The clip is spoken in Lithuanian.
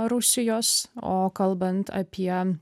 rusijos o kalbant apie